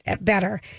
better